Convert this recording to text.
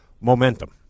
momentum